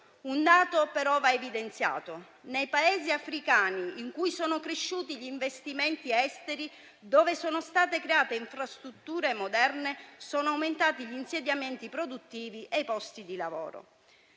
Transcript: Un dato, però, va evidenziato: nei Paesi africani in cui sono cresciuti gli investimenti esteri, dove sono state create infrastrutture moderne, sono aumentati gli insediamenti produttivi e i posti di lavoro;